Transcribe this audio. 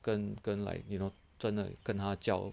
跟跟 like you know 真的跟他交